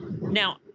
Now